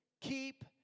keep